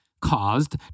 caused